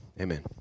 amen